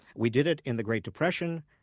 we did it in the great depression,